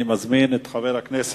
אני מזמין את חבר הכנסת